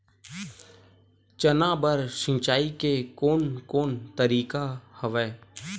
चना बर सिंचाई के कोन कोन तरीका हवय?